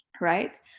right